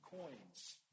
coins